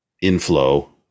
inflow